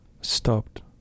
stopped